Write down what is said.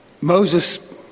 Moses